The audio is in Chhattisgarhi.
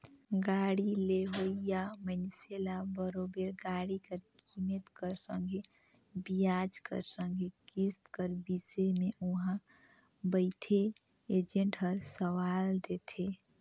गाड़ी लेहोइया मइनसे ल बरोबेर गाड़ी कर कीमेत कर संघे बियाज कर संघे किस्त कर बिसे में उहां बइथे एजेंट हर सलाव देथे